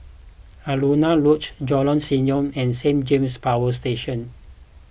Alaunia Lodge Jalan Senyum and Saint James Power Station